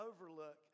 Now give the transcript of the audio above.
overlook